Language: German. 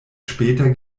später